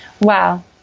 Wow